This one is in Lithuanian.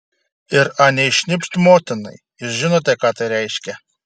ir anei šnipšt motinai jūs žinote ką tai reiškia